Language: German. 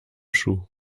schuh